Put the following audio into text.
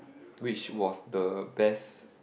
which was the best